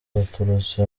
baturutse